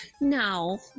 now